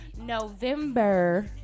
November